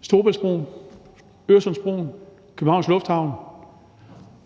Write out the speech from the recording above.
Storebæltsbroen, Øresundsbroen, Københavns Lufthavn,